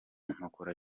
nkora